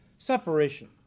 Separation